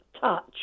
touch